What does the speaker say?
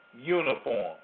uniform